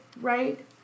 Right